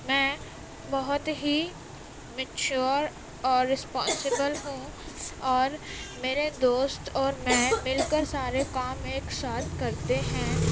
میں بہت ہی مچیور اور رسپانسیبل ہوں اور میرے دوست اور میں مل کر سارے کام ایک ساتھ کرتے ہیں